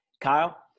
Kyle